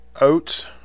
oats